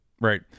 right